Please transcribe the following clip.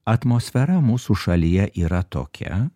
atmosfera mūsų šalyje yra tokia